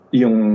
yung